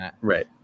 right